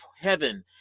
heaven